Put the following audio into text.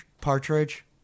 Partridge